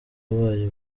ibaye